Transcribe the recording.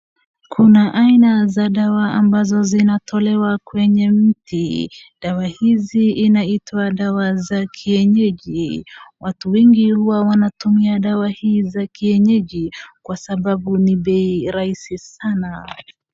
Kuna aina zadawa ambazo zinatolewa kwenye mti. Dawa hizi inaitwa dawa za kienyeji. Watu wengi huwa wanatumia hizi dawa kwa kuwa ni bei rahisi.